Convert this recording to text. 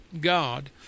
God